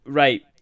right